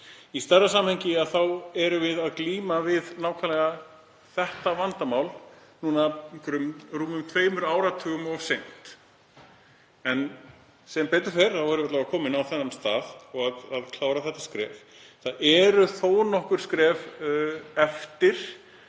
Í stærra samhengi erum við að glíma við nákvæmlega þetta vandamál núna rúmum tveimur áratugum of seint, en sem betur fer erum við komin á þennan stað og erum að klára þetta skref. Það eru þó nokkur skref eftir